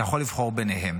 אתה יכול לבחור ביניהן.